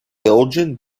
belgian